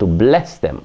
bless them